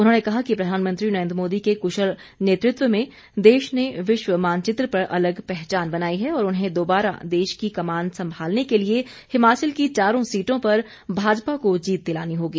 उन्होंने कहा कि प्रधानमंत्री नरेंद्र मोदी के कुशल नेतृत्व में देश ने विश्व मानचित्र पर अलग पहचान बनाई है और उन्हें दोबारा देश की कमान संभालने के लिए हिमाचल की चारों सीटों पर भाजपा को जीत दिलानी होगी